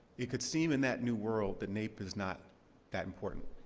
it could seem in that new world that naep is not that important.